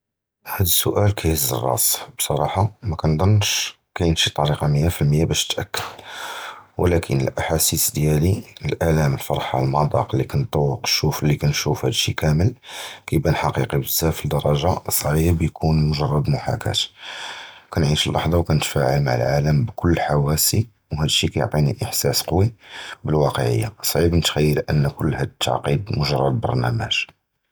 וַחְד סוּאַל כִּיַּהִז הַרַאס, בְּסַרַחָה מַא כּנְצַנּ כָּאן שִי טְרִיקָה מִיַה פִי הַמִּיַה בַּשּׁ תְּנַתַּאכְּדוּ, וְלָקִין הַאַחַאסִיס דִיָּאלְנָא, הָאַלְמּ, הַפְרְחָה, הַמַּזַּאק לִי כּנְדּוּק, הַשּׁוּף לִי כּנְשּׁוּף, הַדָּא שִׁי כּוּלּ, כִּיַּבַּאן חַקִּיקִי בְּזַבַּא לִדַרַגָּה סְעִיב יְקוּן מְגַ'רּ מְחַאקָּاة, כּנְעַיִשּׁ הַלַּחְדָה וְכּנְתַפְעַל מַעַ הָעָלַם בְּכּוּלּ חַוָאסִי וְהַדָּא שִׁי כִּיַּעְטִינָא אִחְסַאס קְוִיּ, בַּלְוַאקְעִיָּה סְעִיב נְתַחְיַל אִן כּוּלּ הַדָּא תַּעְקִיד מְגַ'רּ בְּרוּגְרָאם.